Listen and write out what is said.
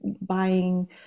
buying